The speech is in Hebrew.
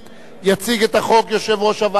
יציג את החוק יושב-ראש הוועדה,